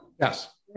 Yes